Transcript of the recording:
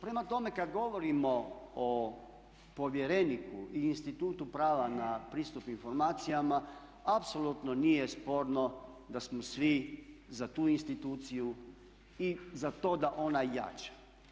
Prema tome kada govorimo o povjereniku i institutu prava na pristup informacijama apsolutno nije sporno da smo svi za tu instituciju i za to da ona jača.